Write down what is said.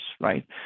right